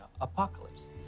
apocalypse